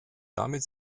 damit